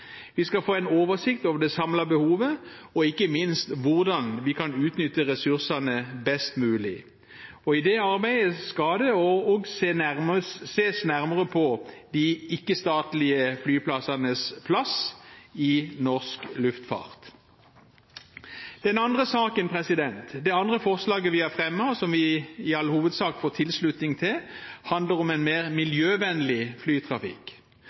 Vi skal få en oversikt over det samlede behovet, og ikke minst hvordan vi kan utnytte ressursene best mulig. I det arbeidet skal det også ses nærmere på de ikke-statlige flyplassenes plass i norsk luftfart. Den andre saken – det andre forslaget vi har fremmet, og som vi i all hovedsak får tilslutning til – handler om en mer miljøvennlig flytrafikk.